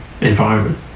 environment